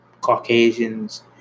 Caucasians